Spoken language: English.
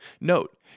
Note